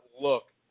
look